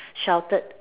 sheltered